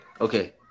Okay